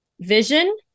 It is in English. vision